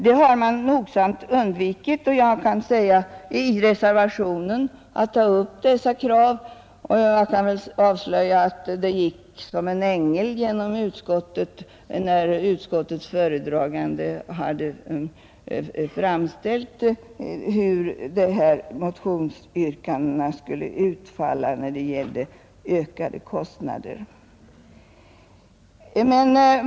Detta har reservanterna nogsamt undvikit att ta upp, och jag kan väl avslöja att det var som om en ängel gick genom rummet när utskottets föredragande redovisade hur de här motionsyrkandena skulle utfalla i fråga om ökade kostnader.